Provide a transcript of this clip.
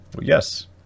Yes